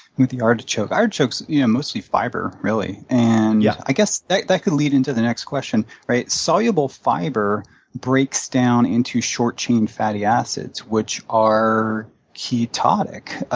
with the artichoke. artichokes are yeah mostly fiber really, and yeah i guess that that could lead into the next question, right? soluble fiber breaks down into short-chain fatty acids, which are ketotic.